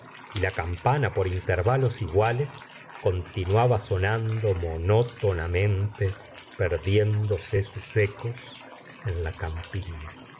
y la campana por intervalos iguales continuaba sonando monotonamente perdiéndose sus ecos en la campilla